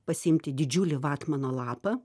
pasiimti didžiulį vatmano lapą